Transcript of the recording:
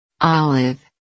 Olive